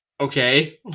okay